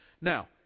Now